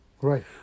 Right